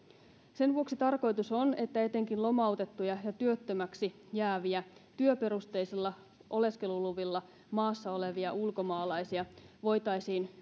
sen vuoksi tarkoitus on että etenkin lomautettuja ja työttömiksi jääviä työperusteisilla oleskeluluvilla maassa olevia ulkomaalaisia voitaisiin